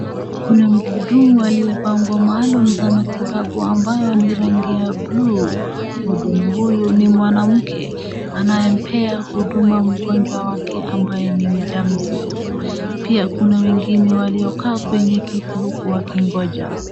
Kuna mhudumu alivaa nguo maalum za matibabu ambayo ni rangi ya bluu. Mhudumu huyu ni mwanamke anayempea huduma mgonjwa wake ambaye ni mjamzito. Pia kuna wengine waliokaa kwenye kiti huku wakingoja.